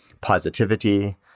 positivity